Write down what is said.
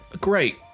great